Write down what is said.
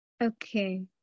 Okay